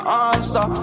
answer